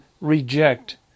reject